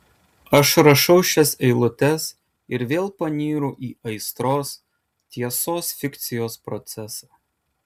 aš rašau šias eilutes ir vėl panyru į aistros tiesos fiksacijos procesą